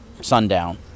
sundown